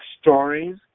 stories